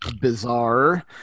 bizarre